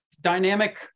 dynamic